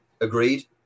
Agreed